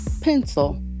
pencil